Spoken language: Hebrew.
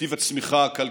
נתיב הצמיחה הכלכלית.